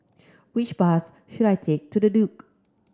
which bus should I take to The Duke